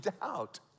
doubt